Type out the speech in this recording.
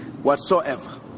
whatsoever